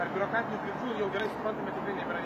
ar biurokratinių kliūčių jau gerai suprantame tikrai nebėra